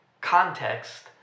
context